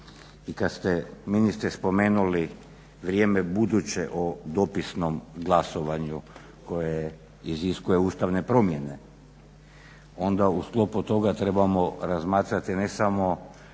i kada ste ministre spomenuli vrijeme buduće o dopisnom glasovanju koje iziskuje ustavne promjene, onda u sklopu toga trebamo razmatrati ne samo